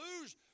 Lose